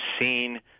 seen